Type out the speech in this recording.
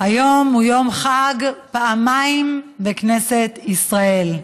היום הוא יום חג פעמיים בכנסת ישראל.